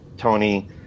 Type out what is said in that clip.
Tony